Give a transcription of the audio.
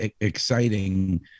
exciting